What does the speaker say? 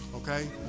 Okay